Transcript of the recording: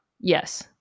Yes